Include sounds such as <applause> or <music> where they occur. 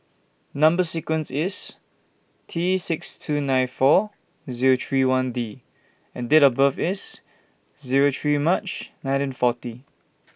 Number sequence IS T six two nine four Zero three one D and Date of birth IS Zero three March nineteen forty <noise>